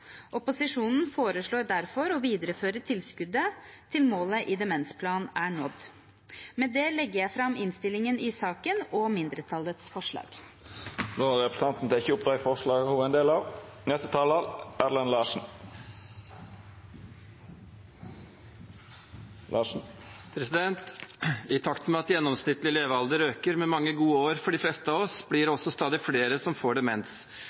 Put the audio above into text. Opposisjonen foreslår derfor å videreføre tilskuddet til målet i demensplanen er nådd. Med det anbefaler jeg innstillingen i saken, og jeg tar opp mindretallets forslag. Representanten Tuva Moflag har teke opp dei forslaga ho refererte til. I takt med at gjennomsnittlig levealder øker med mange gode år for de fleste av oss, blir det også stadig flere som får demens.